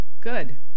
Good